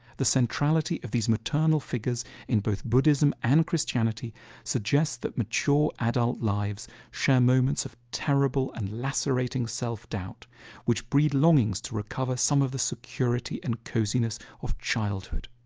the centrality of these maternal figures in both buddhism and christianity suggest that mature adult lives share moments of terrible and lacerating self-doubt which breed longings to recover some of the security and coziness of childhood.